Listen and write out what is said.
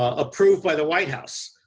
ah approved by the white house.